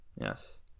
yes